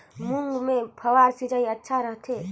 मूंग मे फव्वारा सिंचाई अच्छा रथे?